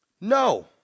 No